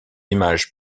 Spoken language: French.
images